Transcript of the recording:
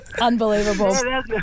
Unbelievable